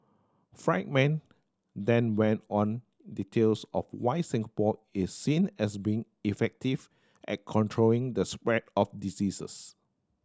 friedman then went on details of why Singapore is seen as being effective at controlling the spread of diseases